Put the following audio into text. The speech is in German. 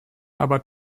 aber